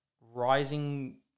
rising